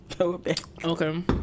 Okay